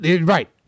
Right